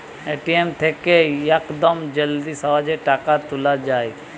ATM থেকে ইয়াকদম জলদি সহজে টাকা তুলে যায়